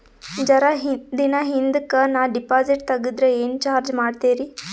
ಜರ ದಿನ ಹಿಂದಕ ನಾ ಡಿಪಾಜಿಟ್ ತಗದ್ರ ಏನ ಚಾರ್ಜ ಮಾಡ್ತೀರಿ?